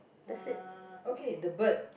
uh okay the bird